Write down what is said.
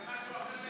תן לי להגיד לך.